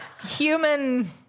Human